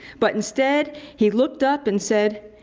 but instead, he looked up and said,